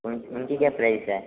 उनकी क्या प्राइज़ है